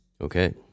Okay